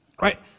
Right